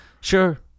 sure